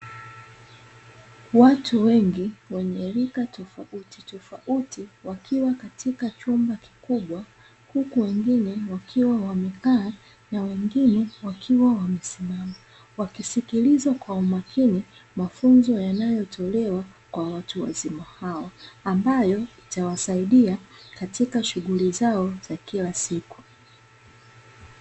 Watu wengi wenye rika tofautitofauti wakiwa katika chumba kikubwa, huku wengine wakiwa wamekaa na wengine wakiwa wamesimama, wakisikiliza kwa umakini mafunzo yanayotolewa kwa watu wazima hao, ambayo yatawasaidia katika shughuli zao za kila siku.